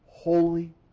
Holy